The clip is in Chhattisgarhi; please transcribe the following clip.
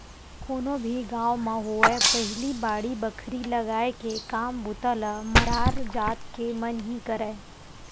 कोनो भी गाँव म होवय पहिली बाड़ी बखरी लगाय के काम बूता ल मरार जात के मन ही करय